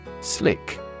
Slick